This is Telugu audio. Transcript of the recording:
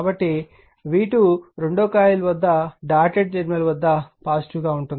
కాబట్టి మరియు v2 కాయిల్ 2 యొక్క డాటెడ్ టెర్మినల్ వద్ద పాజిటివ్ గా ఉంటుంది